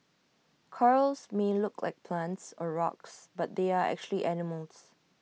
corals may look like plants or rocks but they are actually animals